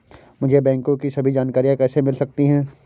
मुझे बैंकों की सभी जानकारियाँ कैसे मिल सकती हैं?